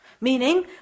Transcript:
Meaning